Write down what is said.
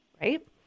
Right